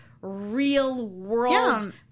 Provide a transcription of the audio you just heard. real-world